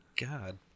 god